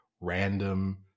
random